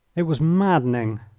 it was maddening,